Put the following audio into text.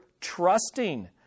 trusting